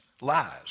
lies